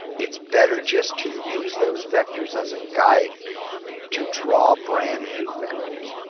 it's better just to use those vectors as a guide to draw brand new vectors.